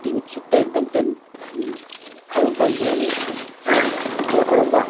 ती उत्सुकता एकदम त्यां हाणून पाडली आणि खरोखरच बा